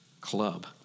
club